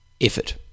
Effort